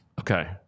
okay